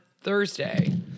Thursday